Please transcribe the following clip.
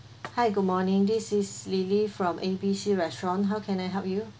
hi good morning this is lily from A B C restaurant how can I help you